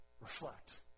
Reflect